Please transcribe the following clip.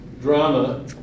drama